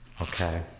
Okay